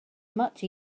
much